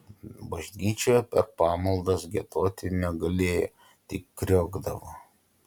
bažnyčioje per pamaldas giedoti negalėjo tik kriokdavo